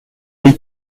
rue